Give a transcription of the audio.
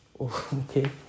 Okay